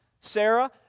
Sarah